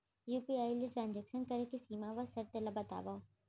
UPI ले transaction करे के सीमा व शर्त ला बतावव?